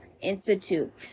Institute